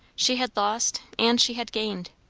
she had lost and she had gained.